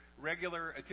regular